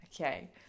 Okay